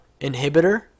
inhibitor